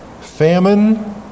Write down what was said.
famine